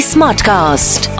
Smartcast